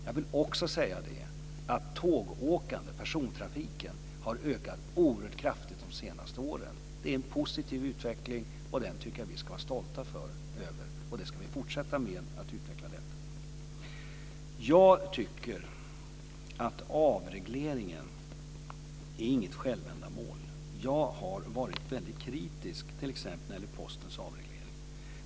Jag vill också säga att tågåkandet - persontrafiken - har ökat oerhört kraftigt de senaste åren. Det är en positiv utveckling, och den tycker jag att vi ska vara stolta över. Vi ska fortsätta att utveckla detta. Jag tycker att avreglering inte är något självändamål. Jag har varit väldigt kritisk t.ex. när det gäller Postens avreglering.